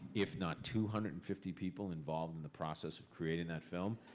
if not two hundred and fifty people involved in the process of creating that film,